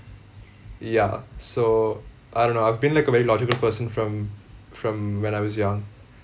ya so I don't know I've been like a very logical person from from when I was young